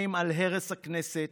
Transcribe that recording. חתומים על הרס הכנסת